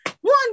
one